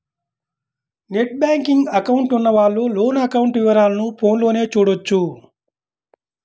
net banking account ఉన్నవాళ్ళు loan account వివరాలను ఫోన్లోనే చూడొచ్చు